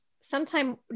sometime